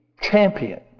champion